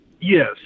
yes